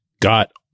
got